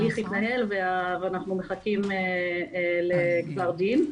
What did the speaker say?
ההליך התנהל ואנחנו מחכים לגזר דין.